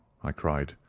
i cried,